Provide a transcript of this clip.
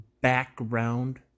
background